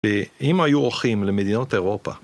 אם היו אורחים למדינות אירופה